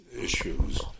issues